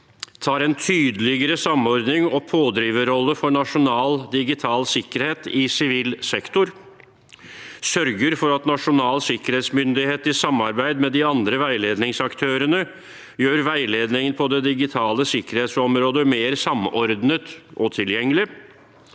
tar en tydeligere samordnings- og pådriverrolle for nasjonal digital sikkerhet i sivil sektor – sørger for at Nasjonal sikkerhetsmyndighet i samarbeid med de andre veiledningsaktørene gjør veiledningen på det digitale sikkerhetsområdet mer samordnet og tilgjengelig